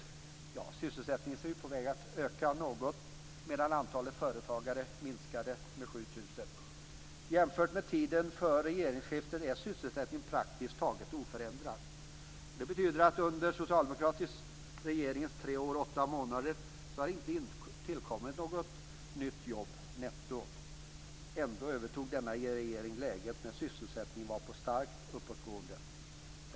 Ja, sysselsättningen är på väg att öka något medan antalet företagare har minskat med 7 000. Jämfört med tiden före regeringsskiftet är sysselsättningen praktiskt taget oförändrad. Under den socialdemokratiska regeringens tre år och åtta månader har det inte tillkommit ett enda nytt jobb netto! Ändå övertog denna regering läget när sysselsättningen var på starkt uppåtgående.